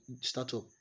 startup